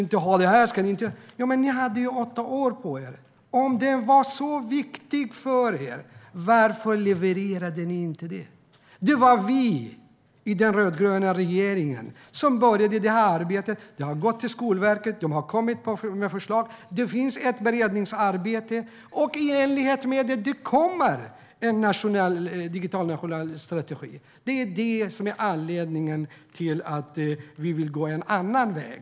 Ni hade åtta på er. Om strategin var så viktig för er, varför levererade ni inte? Det var vi i den rödgröna regeringen som påbörjade arbetet. Det har gått vidare till Skolverket, och förslag har kommit. Det finns ett beredningsarbete. Det kommer en nationell strategi för digitalisering. Det är anledningen till att vi vill gå en annan väg.